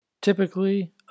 typically